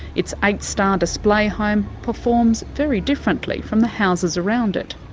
its eight-star display home performs very differently from the houses around it.